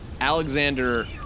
Alexander